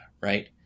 right